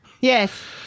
yes